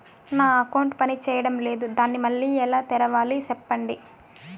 నా అకౌంట్ పనిచేయడం లేదు, దాన్ని మళ్ళీ ఎలా తెరవాలి? సెప్పండి